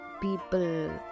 people